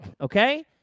okay